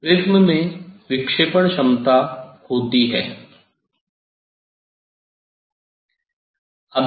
prism में विक्षेपण क्षमता होती है